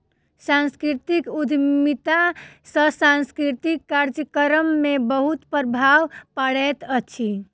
सांस्कृतिक उद्यमिता सॅ सांस्कृतिक कार्यक्रम में बहुत प्रभाव पड़ैत अछि